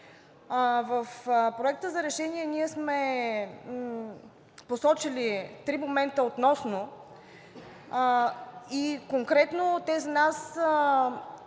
В Проекта за решение ние сме посочили три момента конкретно. Те за нас